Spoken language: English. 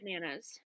Bananas